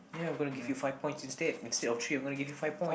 ya I'm gonna =give you five points instead of three I gonna give you five point